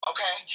Okay